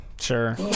Sure